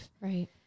Right